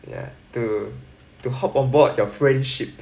ya to to hop on board your friendship